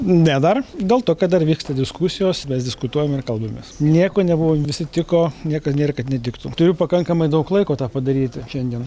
ne dar dėl to kad dar vyksta diskusijos mes diskutuojam ir kalbamės nieko nebuvo susitiko niekad nėr kad nedirbtų turiu pakankamai daug laiko tą padaryti šiandien